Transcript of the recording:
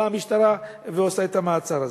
באה המשטרה ועושה את המעצר הזה.